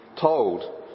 told